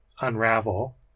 unravel